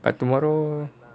but tomorrow